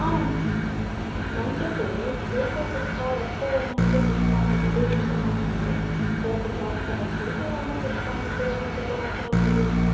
आम् मन्डपे श्वेत तथा रक्तवर्णस्य पुष्पाणि अपेक्षितमासीत् परन्तु भवन्तः पीतवर्णपुष्पाणि उपयोगं कृतवन्तः खलु